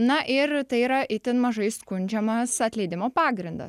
na ir tai yra itin mažai skundžiamas atleidimo pagrindas